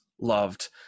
loved